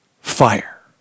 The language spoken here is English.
fire